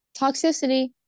toxicity